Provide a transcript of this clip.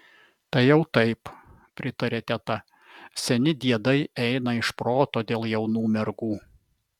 tai jau taip pritarė teta seni diedai eina iš proto dėl jaunų mergų